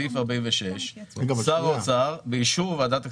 46, שר האוצר באישור ועדת הכנסת.